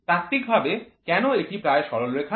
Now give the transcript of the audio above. তাত্ত্বিক ভাবে কেন এটি প্রায় সরলরেখা